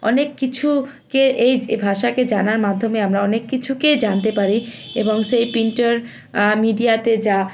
অনেক কিছুকে এই এ ভাষাকে জানার মাধ্যমে আমরা অনেক কিছুকে জানতে পারি এবং সেই প্রিন্টার মিডিয়াতে যা